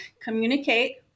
communicate